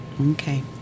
Okay